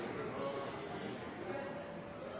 spørsmål